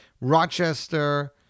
Rochester